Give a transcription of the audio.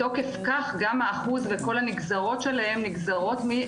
מתוקף כך גם האחוז וכל הנגזרות שלהם נגזרות מן